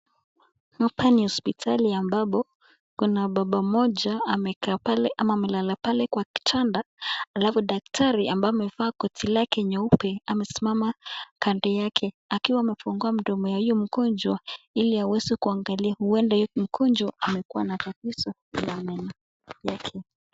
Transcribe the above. Hapa ni hospitali ambapo kuna baba mmoja ambaye amekaa ama amelala pake Kwa kitanda .Alafu daktari ambaye amevaa koti lake jeupe amesimama kando yake akiwa amesimama kando ya huyo mgonjwa ili aweze kuangalia huenda mgonjwa amekua na tatizo la meno yake.